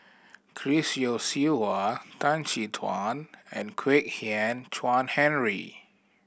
Chris Yeo Siew Hua Tan Chin Tuan and Kwek Hian Chuan Henry